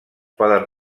poden